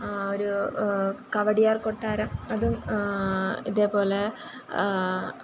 ഒര് കവടിയാർ കൊട്ടാരം അത് ഇതേപോലെ